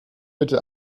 bitte